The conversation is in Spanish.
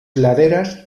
laderas